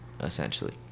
essentially